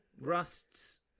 rusts